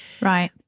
right